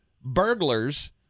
burglars